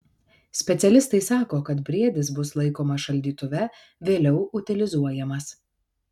specialistai sako kad briedis bus laikomas šaldytuve vėliau utilizuojamas